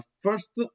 First